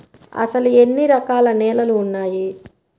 అసలు ఎన్ని రకాల నేలలు వున్నాయి?